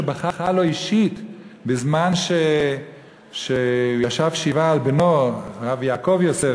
שבכה לו אישית כשהוא ישב שבעה על בנו הרב יעקב יוסף,